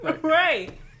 Right